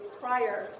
prior